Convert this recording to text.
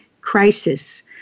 crisis